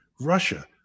Russia